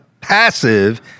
passive